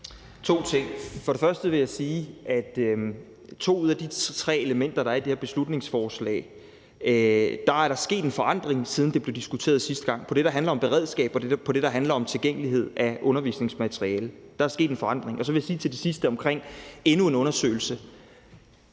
to ting. For det første vil jeg sige, at i forbindelse med to ud af de tre elementer, der er i det her beslutningsforslag, er der sket en forandring, siden det blev diskuteret sidste gang. I forbindelse med det, der handler om beredskab, og det, der handler om tilgængelighed af undervisningsmateriale, er der sket en forandring. For det andet vil jeg til det sidste om endnu en undersøgelse